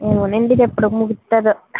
అవునండి ఇది ఎప్పుడు ముగుస్తుందో